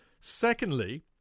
Secondly